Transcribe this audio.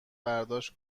برداشت